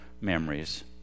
memories